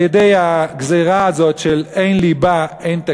על-ידי הגזירה הזאת של אין ליבה, אין תקציב,